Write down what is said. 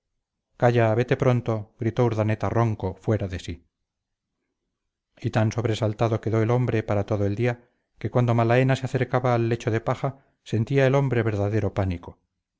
calla vete pronto gritó urdaneta ronco fuera de sí y tan sobresaltado quedó el hombre para todo el día que cuando malaena se acercaba al lecho de paja sentía el hombre verdadero pánico